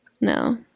No